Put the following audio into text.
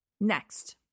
Next